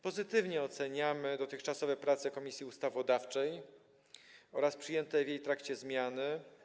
Pozytywnie oceniamy dotychczasowe prace Komisji Ustawodawczej oraz przyjęte w ich trakcie zmiany.